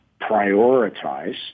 prioritize